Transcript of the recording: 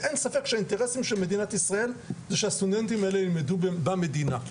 אין ספק שהאינטרסים של מדינת ישראל זה שהסטודנטים האלה ילמדו במדינה.